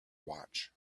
watch